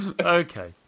Okay